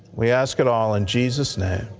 we ask it all in jesus name,